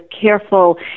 careful